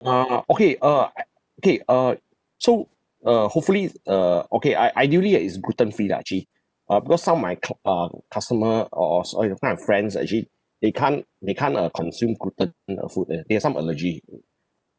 ah ah okay uh I okay uh so uh hopefully is uh okay I ideally it is gluten free lah actually uh because some of my cli~ uh customer oh sorry my friends actually they can't they can't uh consume gluten uh food ah they have some allergy mm